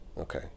Okay